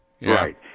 Right